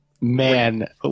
Man